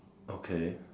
okay